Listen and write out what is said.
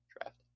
draft